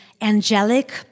angelic